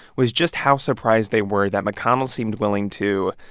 was just how surprised they were that mcconnell seemed willing to,